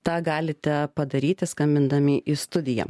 tą galite padaryti skambindami į studiją